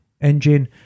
engine